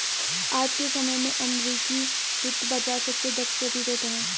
आज के समय में अमेरिकी वित्त बाजार सबसे दक्ष प्रतीत होता है